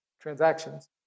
transactions